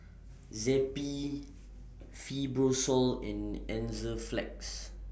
Zappy Fibrosol and Enzyplex